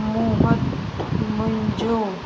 मूं वटि मुंहिंजो